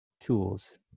tools